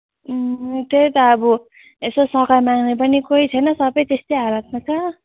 त्यही त अब यसो सघाइ माग्ने पनि कोही छैन सबै त्यस्तै हालतमा छ